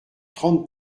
trente